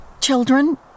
children